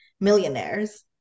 millionaires